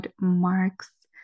marks